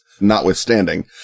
Notwithstanding